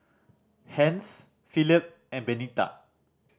Hence Phillip and Benita